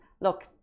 look